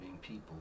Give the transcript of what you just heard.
people